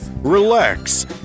Relax